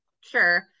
sure